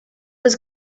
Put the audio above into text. was